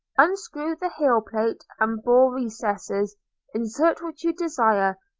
unscrew the heel-plate and bore recesses insert what you desire,